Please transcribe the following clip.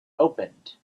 opened